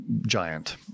giant